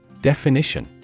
Definition